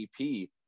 EP